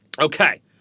Okay